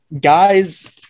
guys